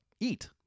eat